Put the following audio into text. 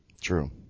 True